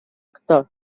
autor